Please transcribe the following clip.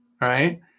Right